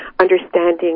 understanding